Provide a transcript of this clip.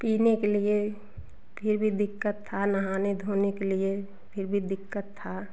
पीने के लिए फ़िर भी दिक्कत था नहाने धोने के लिए फ़िर भी दिक्कत था